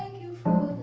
you for